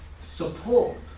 support